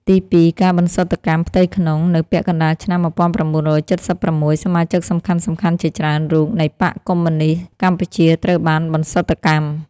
ទីពីរ ការបន្សុទ្ធកម្មផ្ទៃក្នុង នៅពាក់កណ្តាលឆ្នាំ ១៩៧៦ សមាជិកសំខាន់ៗជាច្រើនរូបនៃបក្សកុម្មុយនីស្តកម្ពុជាត្រូវបានបន្សុទ្ធកម្ម។